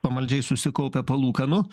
pamaldžiai susikaupę palūkanų